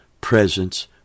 presence